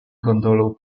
gondolą